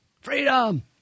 Freedom